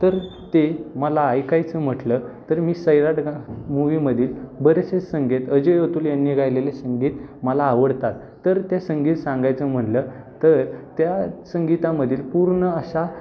तर ते मला ऐकायचं म्हटलं तर मी सैराट गा मूवीमधील बरेचसे संगीत अजय अतुल यांनी गायलेले संगीत मला आवडतात तर ते संगीत सांगायचं म्हटलं तर त्या संगीतामधील पूर्ण अशा